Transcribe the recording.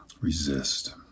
resist